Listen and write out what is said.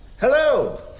Hello